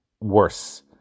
worse